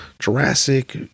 Jurassic